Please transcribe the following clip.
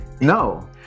no